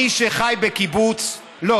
מי שחי בקיבוץ, נכון.